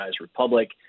republic